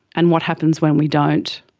and what happens when we don't.